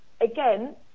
again